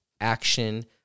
action